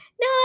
no